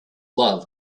love